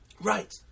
Right